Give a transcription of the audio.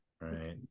right